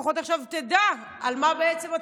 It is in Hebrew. לפחות עכשיו תדע על מה בעצם מצביעים.